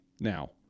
now